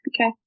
okay